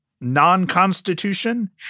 non-constitution